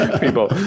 people